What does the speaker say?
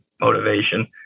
motivation